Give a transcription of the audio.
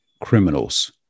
criminals